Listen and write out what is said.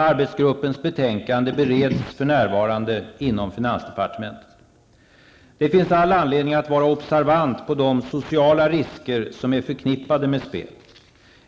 Arbetsgruppens betänkande bereds för närvarande inom finansdepartementet. Det finns all anledning att vara observant på de sociala risker som är förknippade med spel.